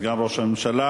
סגן ראש הממשלה,